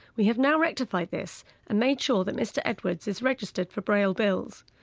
we have now rectified this and made sure that mr edwards is registered for braille bills.